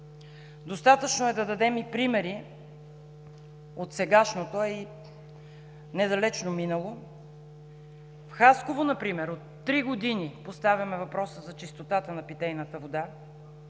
Достатъчно е да дадем и примери от сегашното, а и недалечно минало. В Хасково например от три години поставяме въпроса за чистотата на питейната вода.